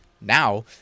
now